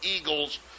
eagles